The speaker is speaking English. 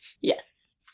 Yes